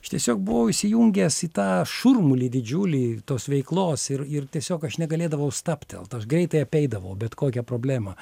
aš tiesiog buvau įsijungęs į tą šurmulį didžiulį tos veiklos ir ir tiesiog aš negalėdavau stabtelt aš greitai apeidavau bet kokią problemą